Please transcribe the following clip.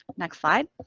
next slide.